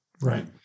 Right